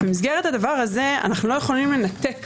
במסגרת הדבר הזה אנחנו לא יכולים לנתק